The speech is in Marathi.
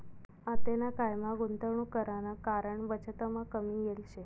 आतेना कायमा गुंतवणूक कराना कारण बचतमा कमी येल शे